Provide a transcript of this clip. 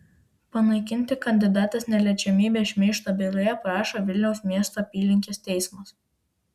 panaikinti kandidatės neliečiamybę šmeižto byloje prašo vilniaus miesto apylinkės teismas